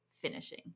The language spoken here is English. finishing